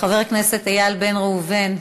חבר הכנסת איל בן ראובן,